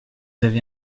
avez